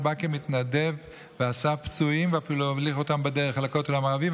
הוא בא כמתנדב ואסף פצועים ואפילו הוליך אותם בדרך אל הכותל המערבי,